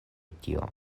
tio